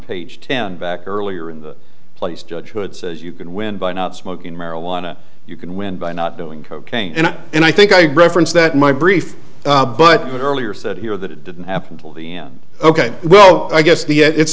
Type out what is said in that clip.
page ten back earlier in the place judge should says you can win by not smoking marijuana you can win by not doing cocaine and and i think i reference that my brief but earlier said here that it didn't happen till the end ok well i guess the it's